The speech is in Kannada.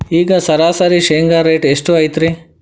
ಈಗ ಸರಾಸರಿ ಶೇಂಗಾ ರೇಟ್ ಎಷ್ಟು ಐತ್ರಿ?